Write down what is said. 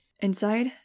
Inside